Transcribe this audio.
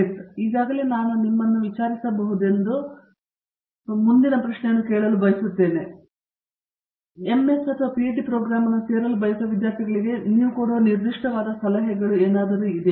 ಸರಿ ನಾನು ಈಗಾಗಲೇ ನಿಮ್ಮನ್ನು ವಿಚಾರಿಸಬಹುದೆಂದು ಮುಂದಿನದನ್ನು ಕೇಳಬೇಕೆಂದು ನಾನು ಬಯಸಿದ್ದೇನೆ ಆದರೆ ಯಾವುದೇ ಸಂದರ್ಭದಲ್ಲಿ ನಾನು ತಿಳಿದುಕೊಳ್ಳಬೇಕೆಂದು ಬಯಸಿದ್ದೇನೆ ಸಾಗರ ಎಂಜಿನಿಯರಿಂಗ್ನಲ್ಲಿ MS ಮತ್ತು PhD ಪ್ರೋಗ್ರಾಂ ಅನ್ನು ಸೇರಲು ಬಯಸುತ್ತಿರುವ ವಿದ್ಯಾರ್ಥಿಗಳಿಗೆ ನೀವು ಹೊಂದಿರುವ ಯಾವುದೇ ನಿರ್ದಿಷ್ಟವಾದ ಸಲಹೆಗಳಿವೆ